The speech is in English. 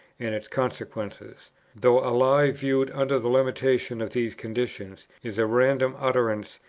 and its consequences though a lie, viewed under the limitation of these conditions, is a random utterance,